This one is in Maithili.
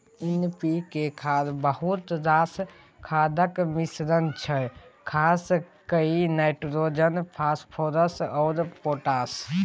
एन.पी.के खाद बहुत रास खादक मिश्रण छै खास कए नाइट्रोजन, फास्फोरस आ पोटाश